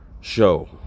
show